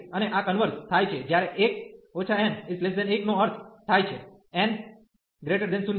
અને આ કન્વર્ઝ થાય છે જ્યારે 1 n1નો અર્થ થાય છે n 0